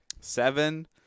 seven